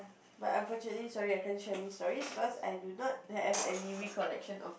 but unfortunately sorry I can't Chinese stories because I do not have any recollection of